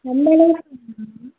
ரொம்ப விலைல